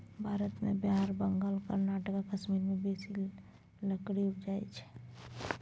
भारत मे बिहार, बंगाल, कर्नाटक, कश्मीर मे बेसी लकड़ी उपजइ छै